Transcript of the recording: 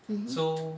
mmhmm